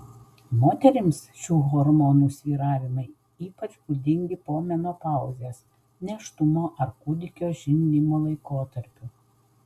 moterims šių hormonų svyravimai ypač būdingi po menopauzės nėštumo ar kūdikio žindymo laikotarpiu